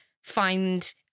find